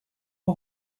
aux